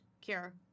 cure